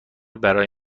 برای